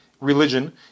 religion